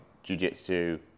Jiu-Jitsu